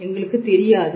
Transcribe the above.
எங்களுக்குத் தெரியாது